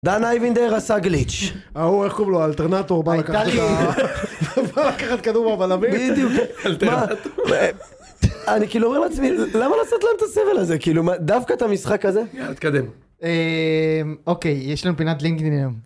דן איבינדר עשה גליץ'. ההוא איך קוראים לו? האלטרנטור בא לקחת את ה... בא לקחת כדור מהבלמים? בדיוק. אני כאילו אומר לעצמי... למה לעשות להם את הסבל הזה? כאילו, דווקא את המשחק הזה? יאללה תתקדם. אה... אוקיי יש לנו פינת לינקדאין היום